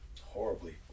Horribly